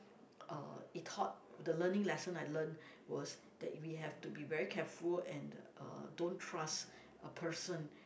uh it taught the learning lesson I learn was that we have to be very careful and uh don't trust a person